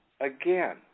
Again